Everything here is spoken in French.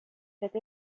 cette